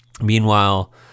meanwhile